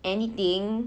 anything